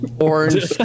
orange